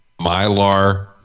mylar